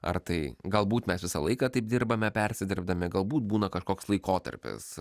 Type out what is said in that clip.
ar tai galbūt mes visą laiką taip dirbame persidirbdami galbūt būna kažkoks laikotarpis